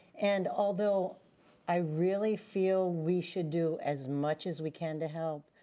and although i really feel we should do as much as we can to help,